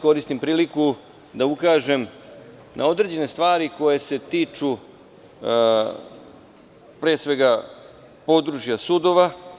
Koristim priliku da ukažem na određene stvari koje se tiču područja sudova.